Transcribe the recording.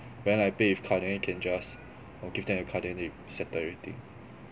when I pay with card then you can just oh give them a card then they settle everything